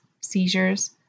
seizures